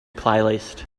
playlist